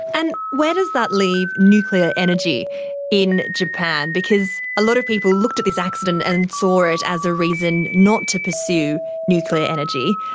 and where does that leave nuclear energy in japan? because a lot of people looked at this accident and saw it as a reason not to pursue nuclear energy.